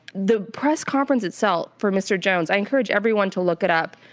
the press conference itself for mr. jones, i encourage everyone to look it up.